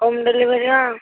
home delivery ହଁ